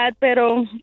pero